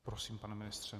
Prosím, pane ministře.